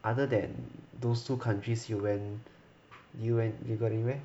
other than those two countries you went you went you go anywhere